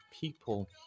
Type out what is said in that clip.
people